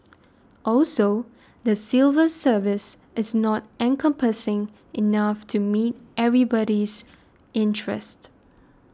also the civil service is not encompassing enough to meet everybody's interest